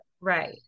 right